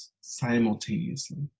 simultaneously